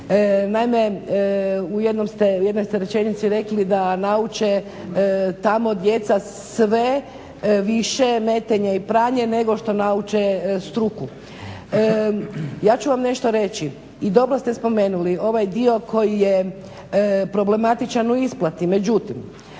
Naime, u jednoj ste rečenici rekli da nauče tamo djeca sve više metenje i pranje nego što nauče struku. Ja ću vam nešto reći i dobro ste spomenuli ovaj dio koji je problematičan u isplati, međutim